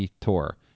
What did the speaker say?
tour